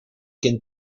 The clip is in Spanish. quien